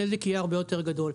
הנזק יהיה הרבה יתר גדול.